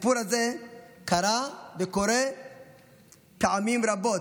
הסיפור הזה קרה וקורה פעמים רבות.